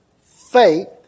Faith